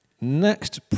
next